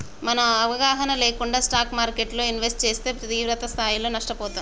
మనం అవగాహన లేకుండా స్టాక్ మార్కెట్టులో ఇన్వెస్ట్ చేస్తే తీవ్రస్థాయిలో నష్టపోతాం